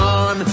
on